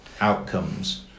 outcomes